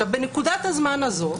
בנקודת הזמן הזאת,